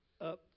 up